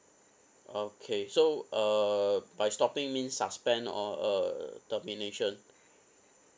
okay so uh by stopping mean suspend or uh termination